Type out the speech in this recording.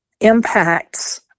impacts